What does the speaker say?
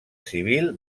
civil